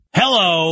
hello